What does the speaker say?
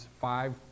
five